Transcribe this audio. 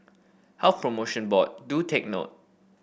Health Promotion Board do take note